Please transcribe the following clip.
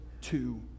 two